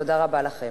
תודה רבה לכם.